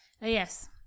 Yes